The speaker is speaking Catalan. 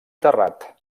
terrat